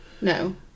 no